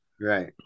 Right